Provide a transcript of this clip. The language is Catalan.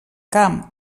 camp